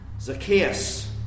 Zacchaeus